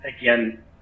again